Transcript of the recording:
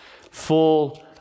full